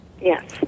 yes